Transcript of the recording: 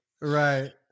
Right